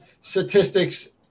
statistics